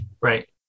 right